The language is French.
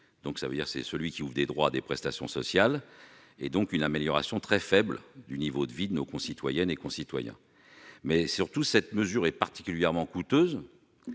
le salaire socialisé, celui qui ouvre des droits à des prestations sociales, et donc une amélioration très faible du niveau de vie de nos concitoyennes et concitoyens. Surtout, cette mesure est particulièrement coûteuse,